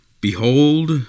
Behold